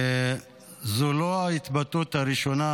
זו לא ההתבטאות הראשונה